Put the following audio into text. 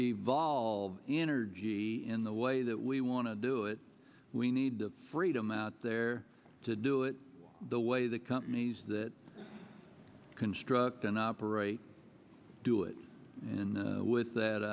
evolve energy in the way that we want to do it we need the freedom out there to do it the way the companies that construct and operate do it and with that